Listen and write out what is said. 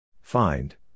Find